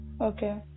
Okay